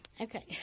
okay